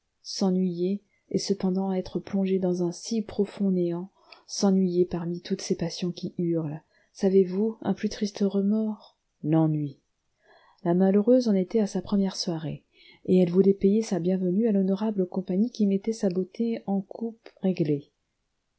s'ennuyer et cependant être plongée dans un si profond néant sennuyer parmi toutes ces passions qui hurlent savez vous un plus triste remords l'ennui la malheureuse en était à sa première soirée et elle voulait payer sa bienvenue à l'honorable compagnie qui mettait sa beauté en coupe réglée